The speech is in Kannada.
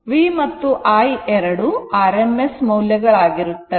V ಮತ್ತು I ಎರಡು rms ಮೌಲ್ಯಗಳು ಆಗಿರುತ್ತವೆ